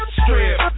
strip